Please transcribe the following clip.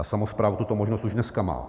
Samospráva tuto možnost už dneska má.